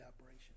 operation